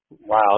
Wow